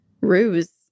ruse